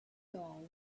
law